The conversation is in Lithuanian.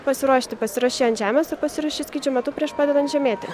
pasiruošti pasiruoši ant žemės ir pasiruoši skrydžio metu prieš pradedant žemėti